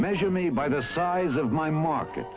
measure me by the size of my market